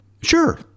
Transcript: sure